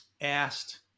asked